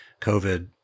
COVID